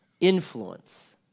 influence